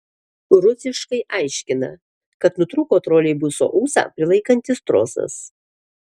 rusiškai aiškina kad nutrūko troleibuso ūsą prilaikantis trosas